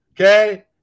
okay